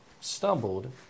stumbled